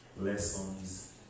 Lessons